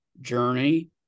journey